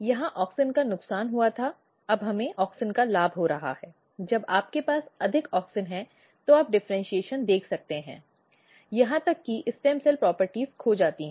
यहां ऑक्सिन का नुकसान हुआ था अब हमें ऑक्सिन का लाभ हो रहा है जब आपके पास अधिक ऑक्सिन है तो आप डिफरेन्शीऐशन देख सकते हैं यहां तक कि स्टेम सेल गुण खो जाते हैं